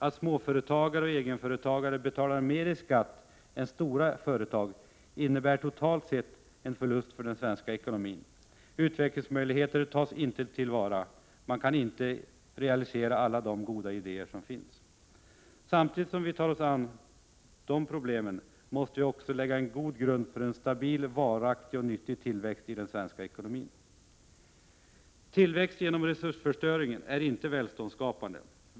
Att småföretagare och egenföretagare betalar mer i skatt än stora företag innebär totalt sett en förlust för den svenska ekonomin. Utvecklingsmöjligheter tas inte till vara. Alla goda idéer kan inte realiseras. Samtidigt som vi tar oss an dessa problem måste vi också lägga en god grund för en stabil, varaktig och nyttig tillväxt i den svenska ekonomin. Tillväxt genom resursförstöring är inte välståndsskapande.